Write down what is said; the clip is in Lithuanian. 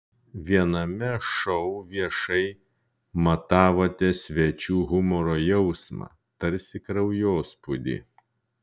viename šou viešai matavote svečių humoro jausmą tarsi kraujospūdį